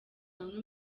bamwe